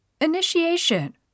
Initiation